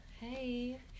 Hey